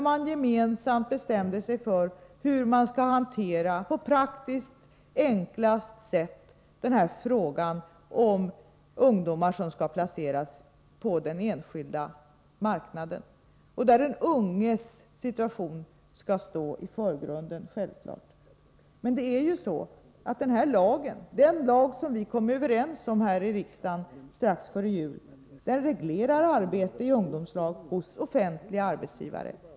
Man bestämde sig gemensamt för hur man på ett praktiskt och enkelt sätt skall hantera frågan om placering av ungdomar på den enskilda marknaden. Den unges situation skall då stå i förgrunden, självfallet. Men den lag som vi kom överens om här i riksdagen strax före jul reglerar arbete i ungdomslagen hos offentliga arbetsgivare.